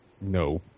No